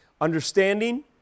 understanding